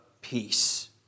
peace